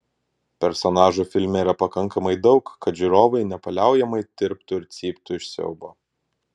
personažų filme yra pakankamai daug kad žiūrovai nepaliaujamai tirptų ir cyptų iš siaubo